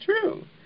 true